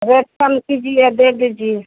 rate कम कीजिए दे दीजिए